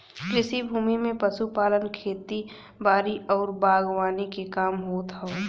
कृषि भूमि में पशुपालन, खेती बारी आउर बागवानी के काम होत हौ